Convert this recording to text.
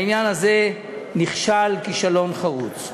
העניין הזה נכשל כישלון חרוץ.